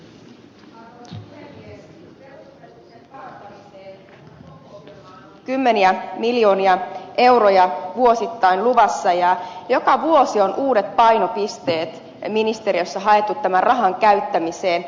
perusopetuksen parantamiseen on pop ohjelmaan kymmeniä miljoonia euroja vuosittain luvassa ja joka vuosi on uudet painopisteet ministeriössä haettu tämän rahan käyttämiseen